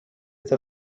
the